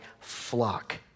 flock